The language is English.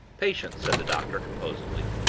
patience, said the doctor, composedly.